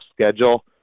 schedule